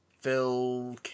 Phil